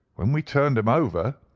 when we turned him over,